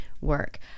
work